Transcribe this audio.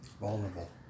vulnerable